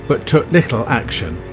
but took little action.